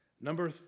Number